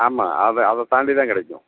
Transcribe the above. ஆமாம் அதை அதை தாண்டி தான் கிடைக்கும்